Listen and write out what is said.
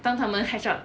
当他们 hatch up